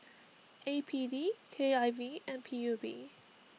A P D K I V and P U B